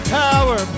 power